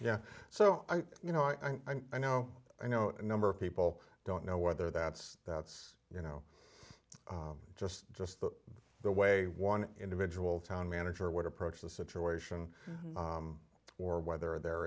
yeah so you know i think i know i know a number of people don't know whether that's that's you know it's just just the way one individual town manager would approach the situation or whether there